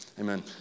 amen